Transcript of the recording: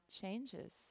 changes